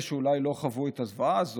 אלה שאולי לא חוו את הזוועה הזו,